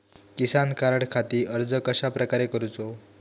किसान कार्डखाती अर्ज कश्याप्रकारे करूचो?